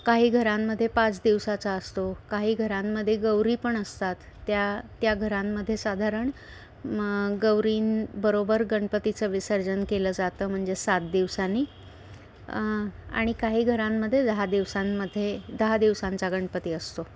काही घरांमध्ये पाच दिवसाचा असतो काही घरांमध्ये गौरी पण असतात त्या त्या घरांमध्ये साधारण म गौरींबरोबर गणपतीचं विसर्जन केलं जातं म्हणजे सात दिवसांनी आणि काही घरांमध्ये दहा दिवसांमध्ये दहा दिवसांचा गणपती असतो